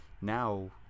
now